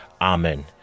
amen